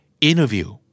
Interview